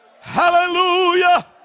Hallelujah